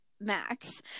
Max